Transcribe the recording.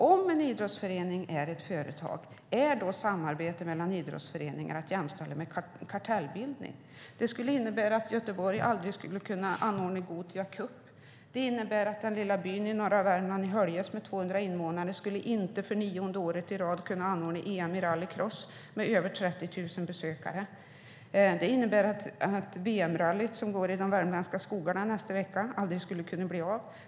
Om en idrottsförening är ett företag, är då samarbetet mellan idrottsföreningar att jämställa med kartellbildning? Det skulle innebära att Göteborg aldrig skulle kunna anordna Gothia Cup. Det skulle innebära att den lilla byn Höljes i norra Värmland, med 200 invånare, inte skulle kunna ordna EM i rallycross med över 30 000 besökare för nionde året i rad. Det innebär att VM-rallyt som går i de värmländska skogarna nästa vecka aldrig skulle kunna bli av.